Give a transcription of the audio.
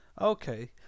okay